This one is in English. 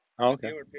Okay